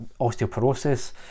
osteoporosis